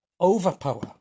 Overpower